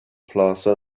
plaza